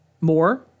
more